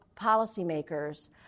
policymakers